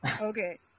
Okay